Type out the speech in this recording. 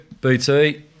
BT